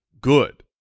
good